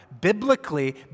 Biblically